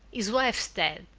his wife's dead,